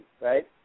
right